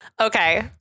Okay